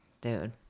dude